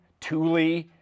Thule